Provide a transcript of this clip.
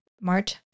March